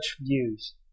views